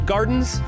Gardens